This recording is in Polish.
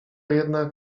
jednak